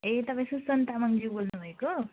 ए तपाईँ सुसन तामाङज्यू बोल्नु भएको